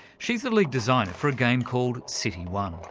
she's the lead designer for a game called cityone.